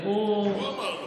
הוא אמר לו.